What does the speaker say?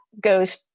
goes